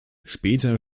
später